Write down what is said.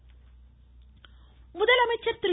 முதலமைச்சர் முதலமைச்சர் திரு